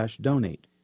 donate